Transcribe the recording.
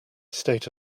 state